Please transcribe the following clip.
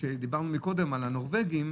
כשדיברנו קודם על "הנורבגים",